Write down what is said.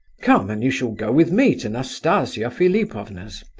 come, and you shall go with me to nastasia philipovna's.